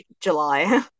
July